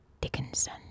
Dickinson